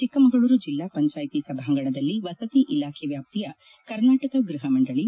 ಚಿಕ್ಕಮಗಳೂರು ಜಿಲ್ಲಾ ಪಂಚಾಯಿತಿ ಸಭಾಂಗಣದಲ್ಲಿ ಮಸತಿ ಇಲಾಖೆ ವ್ಯಾಪ್ತಿಯ ಕರ್ನಾಟಕ ಗೃಹ ಮಂಡಳಿ